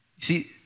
See